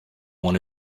one